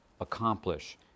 accomplish